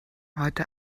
heute